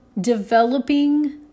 developing